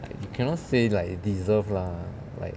like you cannot say like deserve lah like